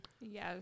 Yes